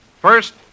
First